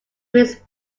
miss